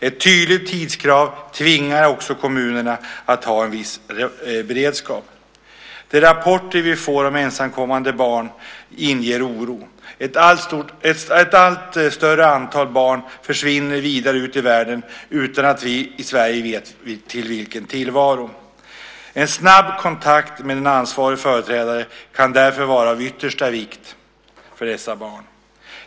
Ett tydligt tidskrav tvingar också kommunerna att ha en viss beredskap. De rapporter som vi får om ensamkommande barn inger oro. Ett allt större antal barn försvinner vidare ut i världen utan att vi i Sverige vet till vilken tillvaro. En snabb kontakt med en ansvarig företrädare kan därför vara av yttersta vikt för dessa barn.